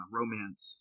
Romance